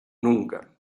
nunca